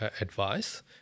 advice